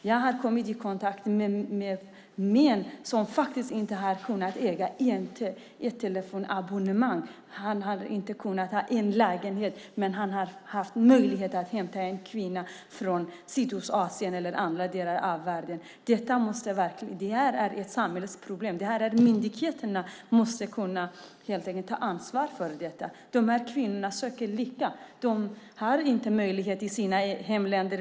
Jag har kommit i kontakt med män som inte har ägt ett telefonabonnemang eller haft en lägenhet, men de har haft möjlighet att hämta en kvinna från Sydostasien eller andra delar av världen. Detta är ett samhällsproblem. Myndigheterna måste ta ansvar för detta. De här kvinnorna söker lyckan. De har inga möjligheter i sina hemländer.